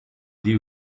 the